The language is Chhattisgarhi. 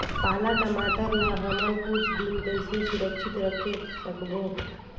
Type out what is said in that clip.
पाला टमाटर ला हमन कुछ दिन कइसे सुरक्षित रखे सकबो?